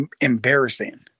embarrassing